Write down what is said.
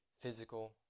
physical